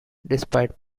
despite